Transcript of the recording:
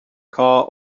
car